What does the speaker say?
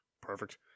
Perfect